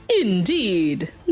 Indeed